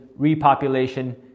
repopulation